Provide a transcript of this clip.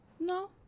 No